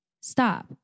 stop